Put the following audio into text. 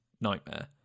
Nightmare*